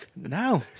No